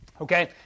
Okay